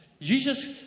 Jesus